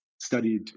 studied